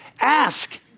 Ask